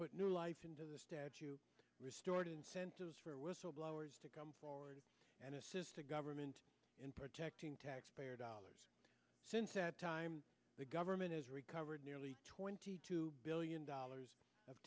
put new life into the restored incentives for whistleblowers to come forward and assist the government in protecting taxpayer dollars since that time the government has recovered nearly twenty two billion dollars of